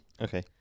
Okay